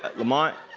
lamont,